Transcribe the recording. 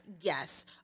yes